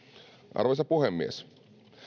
arvoisa puhemies